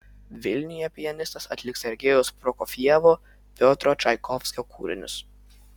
vilniuje pianistas atliks sergejaus prokofjevo piotro čaikovskio kūrinius